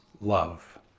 love